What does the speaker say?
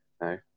no